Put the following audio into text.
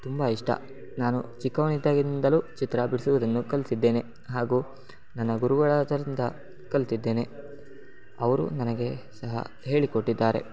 ತುಂಬ ಇಷ್ಟ ನಾನು ಚಿಕ್ಕವನಿದ್ದಾಗಿಂದಲೂ ಚಿತ್ರ ಬಿಡಿಸುವುದನ್ನು ಕಲಿತಿದ್ದೇನೆ ಹಾಗೂ ನನ್ನ ಗುರುಗಳಾದವರಿಂದ ಕಲಿತಿದ್ದೇನೆ ಅವರೂ ನನಗೆ ಸಹ ಹೇಳಿಕೊಟ್ಟಿದ್ದಾರೆ